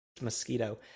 Mosquito